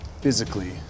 physically